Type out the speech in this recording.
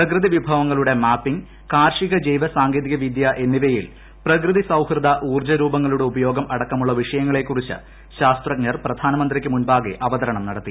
പ്രകൃതി വിഭവങ്ങളുടെ മാപ്പിംഗ് കാർഷിക ജൈവസാങ്കേതിക വിദൃ എന്നിവയിൽ പ്രകൃതി സൌഹൃദ ഊർജ്ജ രൂപങ്ങളുടെ ഉപയോഗം അടക്കമുള്ള വിഷയങ്ങളെക്കുറിച്ച് ശാസ്ത്രജ്ഞർ പ്രധാനമന്ത്രിക്കു മുമ്പാകെ അവതരണം നടത്തി